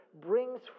brings